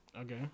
Okay